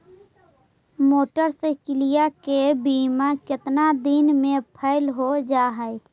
Motorcycle के बिमा केतना दिन मे फेल हो जा है?